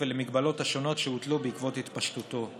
ולמגבלות השונות שהוטלו בעקבות התפשטותו.